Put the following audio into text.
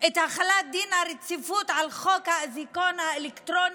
את החלת דין הרציפות על חוק האזיקון האלקטרוני,